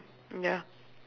ya